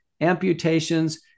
amputations